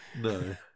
No